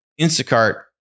Instacart